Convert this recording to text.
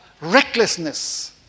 recklessness